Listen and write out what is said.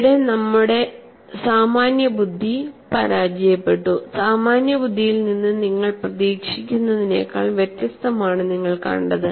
അവിടെ ഞങ്ങളുടെ സാമാന്യബുദ്ധി പരാജയപ്പെട്ടു സാമാന്യബുദ്ധിയിൽ നിന്ന് നിങ്ങൾ പ്രതീക്ഷിക്കുന്നതിനേക്കാൾ വ്യത്യസ്തമാണ് നിങ്ങൾ കണ്ടത്